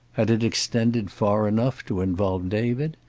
had it extended far enough to involve david?